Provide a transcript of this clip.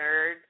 nerd